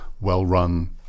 well-run